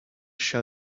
show